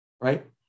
right